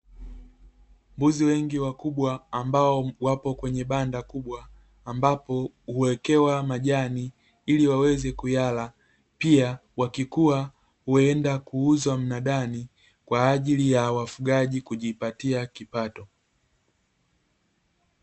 Mbuzi wengi wakubwa ambao wapo kwenye banda kubwa, ambapo huwekewa majani ili waweze kuyala, pia wakikua huenda kuuzwa mnadani, kwa ajili ya wafugaji kujipatia kipato.